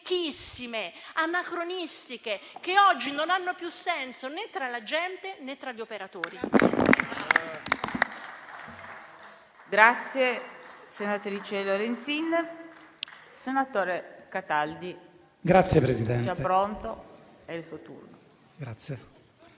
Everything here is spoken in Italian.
vecchissime, anacronistiche, che oggi non hanno più senso né tra la gente né tra gli operatori.